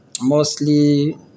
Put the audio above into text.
mostly